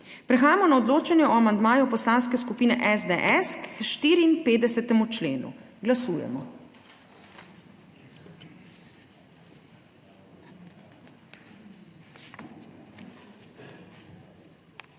Prehajamo na odločanje o amandmaju Poslanske skupine SDS k 54. členu. Glasujemo.